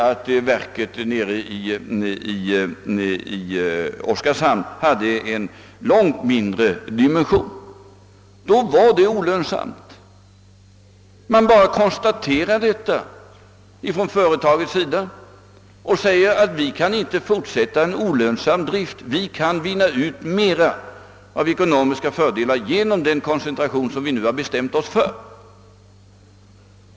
Kopparverket i Oskarshamn hade en långt mindre kapacitet och innebar därför ett olönsamt alternativ. Man konstaterade detta inom företaget och menade att man inte kunde fortsätta en olönsam drift. Man kunde vinna större ekonomiska fördelar genom den koncentration som man hade bestämt sig för.